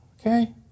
Okay